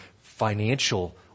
financial